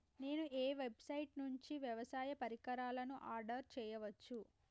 నేను ఏ వెబ్సైట్ నుండి వ్యవసాయ పరికరాలను ఆర్డర్ చేయవచ్చు?